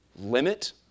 limit